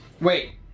Wait